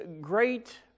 great